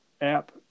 app